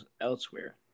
elsewhere